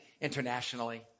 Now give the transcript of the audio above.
internationally